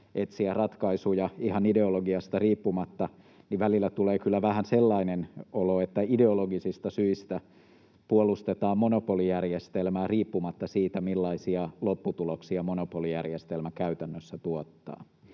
etsiä ratkaisuja ihan ideologiasta riippumatta, niin välillä tulee kyllä vähän sellainen olo, että ideologisista syistä puolustetaan monopolijärjestelmää riippumatta siitä, millaisia lopputuloksia monopolijärjestelmä käytännössä tuottaa.